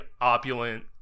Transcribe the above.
opulent